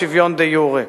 בשוויון דה-יורה,